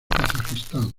kazajistán